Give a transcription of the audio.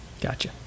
Gotcha